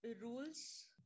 rules